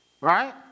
Right